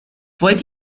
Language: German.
wollt